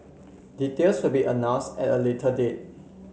details will be announced at a later date